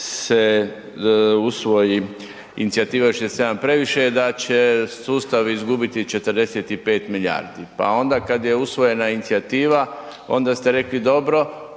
se usvoji inicijativa „67 je previše“ da će sustav izgubiti 45 milijardi, pa onda kad je usvojena inicijativa, onda ste rekli dobro,